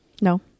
No